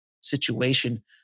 Situation